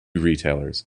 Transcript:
retailers